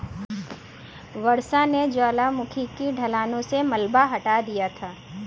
वर्षा ने ज्वालामुखी की ढलानों से मलबा हटा दिया था